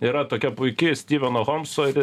yra tokia puiki styveno homso ir